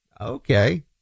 Okay